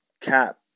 cap